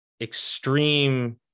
extreme